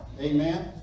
amen